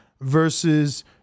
versus